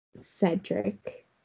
Cedric